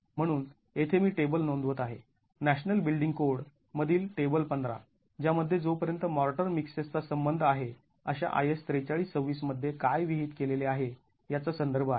म्हणून येथे मी टेबल नोंदवत आहे नॅशनल बिल्डिंग कोड मधील टेबल १५ ज्यामध्ये जोपर्यंत मॉर्टर मिक्सेस चा संबंध आहे अशा IS ४३२६ मध्ये काय विहित केलेले आहे याचा संदर्भ आहे